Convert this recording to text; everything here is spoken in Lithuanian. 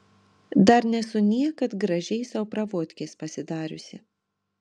dar nesu niekad gražiai sau pravodkės pasidariusi